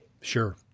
Sure